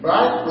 Right